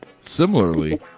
Similarly